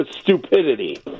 stupidity